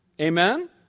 Amen